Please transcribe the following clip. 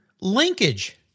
Linkage